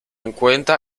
encuentra